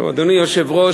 אדוני היושב-ראש,